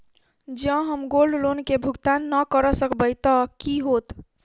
जँ हम gold loan केँ भुगतान न करऽ सकबै तऽ की होत?